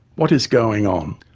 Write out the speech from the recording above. what is going on?